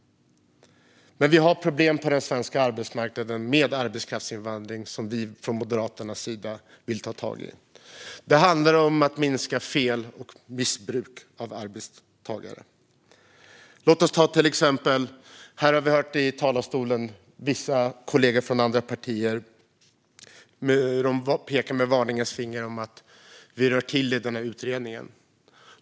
Men vi har problem på den svenska arbetsmarknaden med arbetskraftsinvandring som vi från Moderaternas sida vill ta tag i. Det handlar om att minska fel och missbruk av arbetstagare. Vi har hört vissa kollegor från andra partier här i talarstolen sätta upp ett varningens finger för att vi rör till det i utredningen.